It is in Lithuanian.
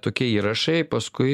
tokie įrašai paskui